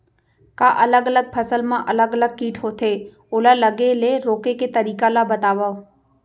का अलग अलग फसल मा अलग अलग किट होथे, ओला लगे ले रोके के तरीका ला बतावव?